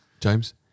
James